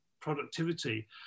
productivity